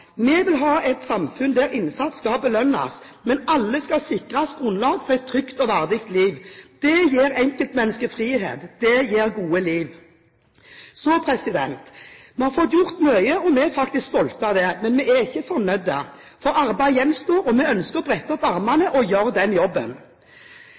Vi vil ha et samfunn der innsats skal belønnes, men alle skal sikres grunnlag for et trygt og verdig liv. Det gir enkeltmennesket frihet. Det gir gode liv. Vi har fått gjort mye, og vi er faktisk stolt av det, men vi er ikke fornøyd. Arbeid gjenstår, og vi ønsker å brette opp